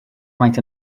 maent